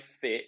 fit